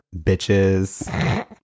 bitches